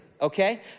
okay